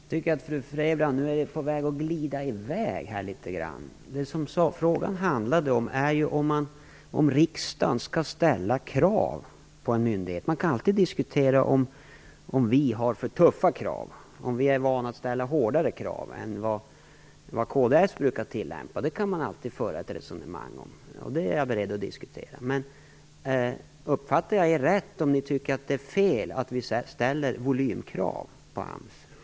Herr talman! Jag tycker att fru Frebran nu är på gång att glida i väg litet grand. Sakfrågan handlar ju om huruvida riksdagen skall ställa krav på en myndighet. Man kan alltid diskutera om vi ställer för tuffa krav och om vi är vana att ställa hårdare krav än kds. Detta kan man alltid föra ett resonemang om, och det är jag beredd att göra. Men uppfattar jag er rätt om ni tycker att det är fel att vi ställer volymkrav på AMS?